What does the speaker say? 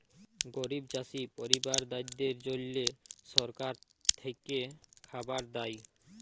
গরিব চাষী পরিবারদ্যাদের জল্যে সরকার থেক্যে খাবার দ্যায়